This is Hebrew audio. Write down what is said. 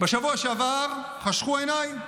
בשבוע שעבר חשכו עיניי,